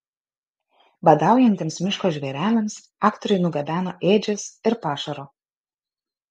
badaujantiems miško žvėreliams aktoriai nugabeno ėdžias ir pašaro